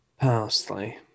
Parsley